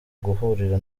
guhura